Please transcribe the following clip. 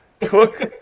took